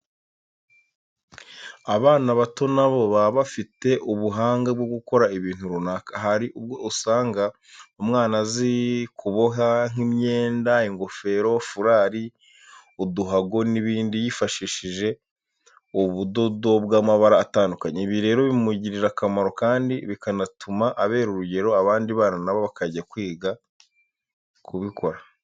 Abana bato na bo baba bafite ubuhanga bwo gukora ibintu runaka. Hari ubwo usanga umwana azi kuboha nk'imyenda, ingofero, furari, uduhago n'ibindi yifashishije ubudodo bw'amabara atandukanye. Ibi rero bimugirira akamaro, kandi bikanatuma abera urugero abandi bana na bo bakajya kwiga ku bikora.